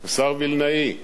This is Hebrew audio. שמעתי אותו פעם אחת,